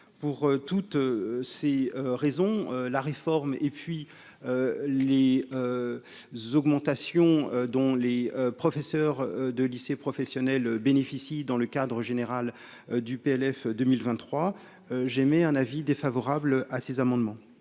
pour toutes ces raisons, la réforme et puis. Les augmentations dont les professeurs de lycées professionnels bénéficient dans le cadre général du PLF 2023 j'émets un avis défavorable à ces amendements.